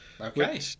Okay